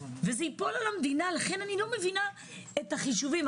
בסוף זה ייפול על המדינה ולכן אני לא מבינה את החישובים.